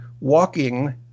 walking